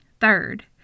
Third